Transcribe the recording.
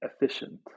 efficient